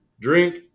drink